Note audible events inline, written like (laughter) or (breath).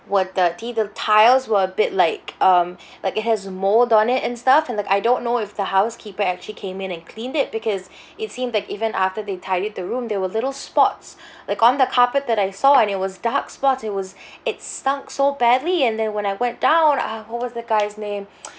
were dirty the tiles were a bit like um (breath) like it has mold on it and stuff and like I don't know if the housekeeper actually came in and cleaned it because (breath) it seemed like even after they tidied the room they were little spots (breath) like on the carpet that I saw and it was dark spots it was (breath) it stunk so badly and then when I went down ah who was the guy's name (breath) (noise)